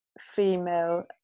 female